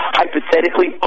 hypothetically